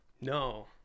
No